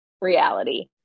reality